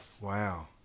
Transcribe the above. Wow